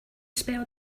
spell